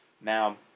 Now